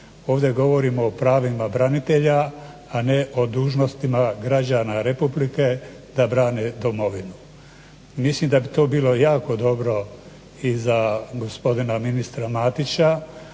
Ovdje govorimo o pravima branitelja, a ne dužnostima građana Republike da brane domovinu. Mislim da bi to bilo jako dobro i za gospodina ministra Matića